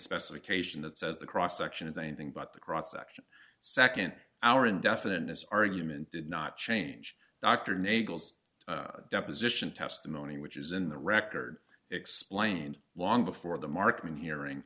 specification that says the cross section is anything but the cross section nd our indefiniteness argument did not change dr nagel's deposition testimony which is in the record explained long before the marking hearing